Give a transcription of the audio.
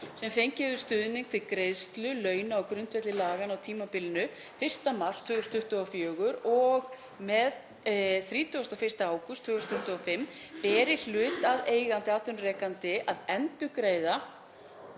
sem fengið hefur stuðning til greiðslu launa á grundvelli laganna á tímabilinu 1. mars 2024 til og með 31. ágúst 2025 beri hlutaðeigandi atvinnurekandi að endurgreiða